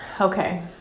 Okay